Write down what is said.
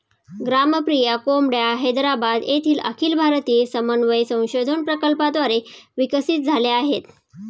ग्रामप्रिया कोंबड्या हैदराबाद येथील अखिल भारतीय समन्वय संशोधन प्रकल्पाद्वारे विकसित झाल्या आहेत